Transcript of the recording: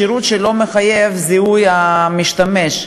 שירות שלא מחייב זיהוי המשתמש.